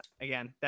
again